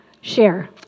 share